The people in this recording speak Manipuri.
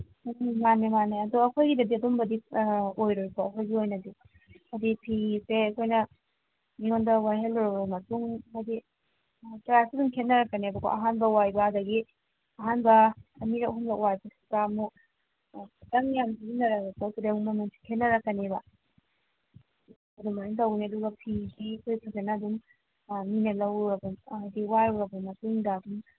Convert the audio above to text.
ꯎꯝ ꯃꯥꯅꯦ ꯃꯥꯅꯦ ꯑꯗꯣ ꯑꯩꯈꯣꯏꯒꯤꯗꯗꯤ ꯑꯗꯨꯝꯕꯗꯤ ꯑꯣꯏꯔꯣꯏꯀꯣ ꯑꯩꯈꯣꯏꯒꯤ ꯑꯣꯏꯅꯗꯤ ꯍꯥꯏꯗꯤ ꯐꯤꯁꯦ ꯑꯩꯈꯣꯏꯅ ꯃꯤꯉꯣꯟꯗ ꯋꯥꯏꯍꯜꯂꯨꯔꯕ ꯃꯇꯨꯡ ꯍꯥꯏꯗꯤ ꯄ꯭ꯔꯥꯏꯁꯇꯤ ꯑꯗꯨꯝ ꯈꯦꯅꯔꯛꯀꯅꯦꯕꯀꯣ ꯑꯍꯥꯟꯕ ꯋꯥꯏꯕ ꯑꯗꯒꯤ ꯑꯍꯥꯟꯕ ꯑꯅꯤꯔꯛ ꯑꯍꯨꯝꯂꯛ ꯋꯥꯏꯕꯁꯤꯗ ꯑꯃꯨꯛ ꯈꯤꯇꯪ ꯌꯥꯝ ꯁꯤꯖꯤꯟꯅꯔꯕ ꯄꯣꯠꯇꯨꯗꯤ ꯑꯃꯨꯛ ꯃꯃꯜꯁꯤ ꯈꯦꯅꯔꯛꯀꯅꯦꯕ ꯑꯗꯨꯃꯥꯏꯅ ꯇꯧꯅꯤ ꯑꯗꯨꯒ ꯐꯤꯁꯤ ꯑꯩꯈꯣꯏ ꯐꯖꯅ ꯑꯗꯨꯝ ꯃꯤꯅ ꯍꯥꯏꯗꯤ ꯋꯥꯏꯔꯨꯔꯕ ꯃꯇꯨꯡꯗ